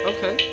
Okay